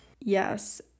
Yes